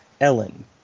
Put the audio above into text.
Ellen